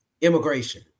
immigration